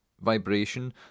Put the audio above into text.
vibration